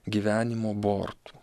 gyvenimo bortų